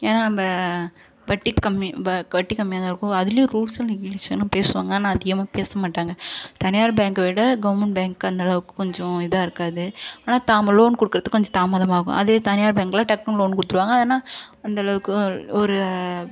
ஏன்னால் நம்ப வட்டி கம்மி வ வட்டி கம்மியாக தான் இருக்கும் அதுலேயும் ரூல்ஸ் அண்ட் ரெகுலேஷனும் பேசுவாங்க ஆனால் அதிகமா பேச மாட்டாங்க தனியார் பேங்கை விட கவர்மெண்ட் பேங்க் அந்த அளவுக்கு கொஞ்சோம் இதாக இருக்காது ஆனால் தாம லோன் கொடுக்கறதுக்கு கொஞ்சம் தாமதமாகும் அதே தனியார் பேங்கில் டக்குனு லோன் குடுத்துடுவாங்க ஆனால் அந்த அளவுக்கு ஒரு